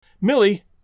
Millie